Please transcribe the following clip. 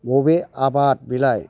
बबे आबाद बेलाय